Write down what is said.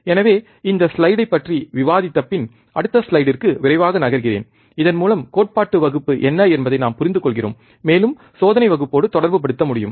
எனவே இந்த ஸ்லைடைப் பற்றி விவாதித்தபின் அடுத்த ஸ்லைடிற்கு விரைவாக நகர்கிறேன் இதன்மூலம் கோட்பாடு வகுப்பு என்ன என்பதை நாம் புரிந்துகொள்கிறோம் மேலும் சோதனை வகுப்போடு தொடர்புபடுத்த முடியும்